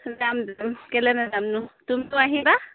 যাম যাম কেলৈ নাযামনো তুমিও আহিবা